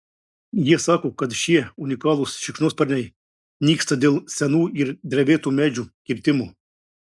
jie sako kad šie unikalūs šikšnosparniai nyksta dėl senų ir drevėtų medžių kirtimo